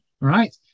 Right